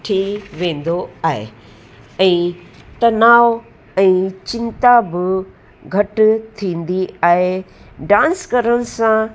थी वेंदो आहे ऐं तनाव ऐं चिंता बि घटि थींदी आहे डांस करण सां